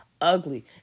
ugly